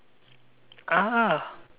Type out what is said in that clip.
ah